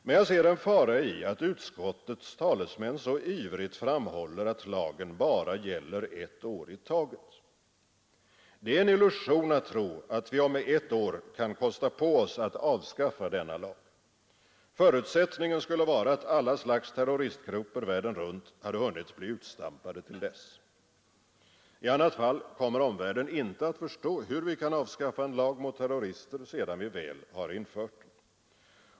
Men jag ser en fara i att utskottets talesmän så ivrigt framhåller att lagen bara gäller ett år i taget. Det är en illusion att tro att vi om ett år kan kosta på oss att avskaffa denna lag. Förutsättningen skulle vara att alla slags terroristgrupper världen runt hade hunnit bli utstampade till dess. I annat fall kommer omvärlden inte att förstå hur vi kan avskaffa en lag mot terrorister, sedan vi väl har infört den.